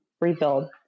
rebuild